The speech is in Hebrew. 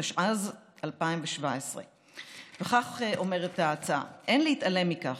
התשע"ז 2017. כך אומרת ההצעה: "אין להתעלם מכך